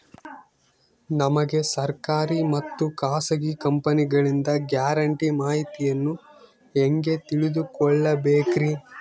ನಮಗೆ ಸರ್ಕಾರಿ ಮತ್ತು ಖಾಸಗಿ ಕಂಪನಿಗಳಿಂದ ಗ್ಯಾರಂಟಿ ಮಾಹಿತಿಯನ್ನು ಹೆಂಗೆ ತಿಳಿದುಕೊಳ್ಳಬೇಕ್ರಿ?